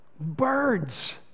Birds